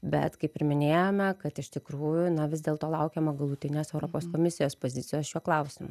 bet kaip ir minėjome kad iš tikrųjų na vis dėlto laukiama galutinės europos komisijos pozicijos šiuo klausimu